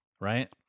right